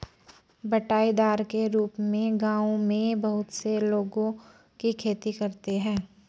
बँटाईदार के रूप में गाँवों में बहुत से लोगों की खेती करते हैं